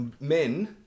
men